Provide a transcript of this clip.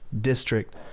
District